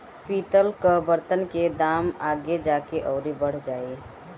पितल कअ बर्तन के दाम आगे जाके अउरी बढ़ जाई